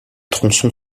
tronçon